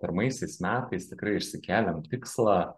pirmaisiais metais tikrai išsikėlėm tikslą